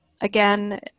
Again